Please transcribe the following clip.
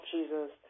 Jesus